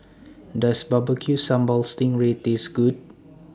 Does Barbecue Sambal Sting Ray Taste Good